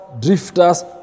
drifters